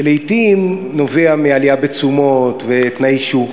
שלעתים נובע מעלייה בתשומות ותנאי שוק,